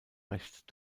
recht